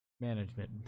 management